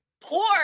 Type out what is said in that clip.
poor